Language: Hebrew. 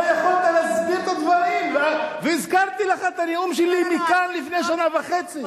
לא יכולת להסביר את הדברים והזכרתי לך את הנאום שלי כאן לפני שנה וחצי.